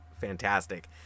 fantastic